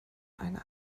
eine